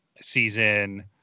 season